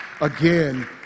again